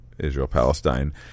Israel-Palestine